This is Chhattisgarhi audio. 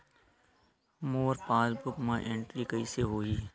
मोर पासबुक मा एंट्री कइसे होही?